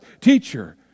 Teacher